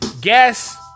Guess